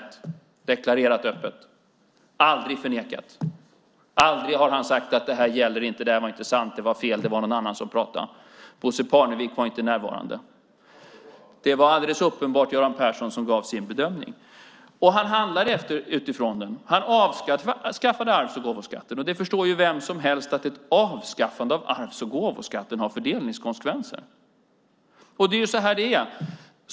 Det är öppet deklarerat och aldrig förnekat. Han har aldrig sagt att detta inte gäller, att det inte var sant, att det var fel eller att det var någon annan som pratade, och Bosse Parnevik var inte närvarande. Det var alldeles uppenbart Göran Persson som gav sin bedömning. Och han handlade utifrån den. Han avskaffade arvs och gåvoskatten, och vem som helst förstår ju att ett avskaffande av arvs och gåvoskatten har fördelningskonsekvenser. Det är så det är.